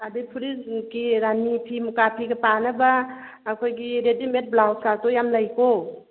ꯑꯗꯩ ꯐꯨꯔꯤꯠꯀꯤ ꯔꯥꯅꯤꯐꯤ ꯃꯨꯀꯥ ꯐꯤꯒ ꯄꯥꯅꯕ ꯑꯩꯈꯣꯏꯒꯤ ꯔꯦꯗꯤꯃꯦꯠ ꯕ꯭ꯂꯥꯎꯖ ꯀꯥꯁꯨ ꯌꯥꯝ ꯂꯩꯀꯣ